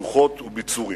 שוחות וביצורים.